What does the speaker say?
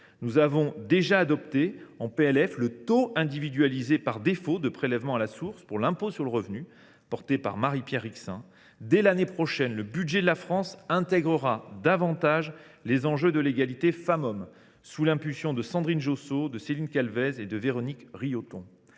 Nous avons déjà adopté en PLF le taux individualisé par défaut pour le prélèvement à la source de l’impôt sur le revenu, défendu par Marie Pierre Rixain. Dès l’année prochaine, le budget de la France intégrera davantage les enjeux de l’égalité entre les hommes et les femmes, sous l’impulsion de Sandrine Josso, Céline Calvez et Véronique Riotton.